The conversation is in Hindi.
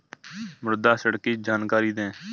मुद्रा ऋण की जानकारी दें?